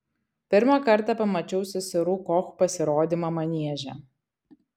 pirmą kartą pamačiau seserų koch pasirodymą manieže